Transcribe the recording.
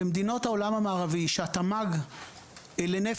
במדינות העולם המערבי שהתמ"ג לנפש